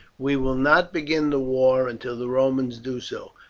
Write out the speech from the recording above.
we will not begin the war until the romans do so,